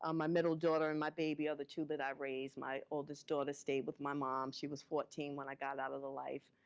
um my middle daughter and my baby are the two that i raised. my oldest daughter stayed with my mom. she was fourteen when i got out of the life.